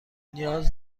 نیاز